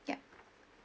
yup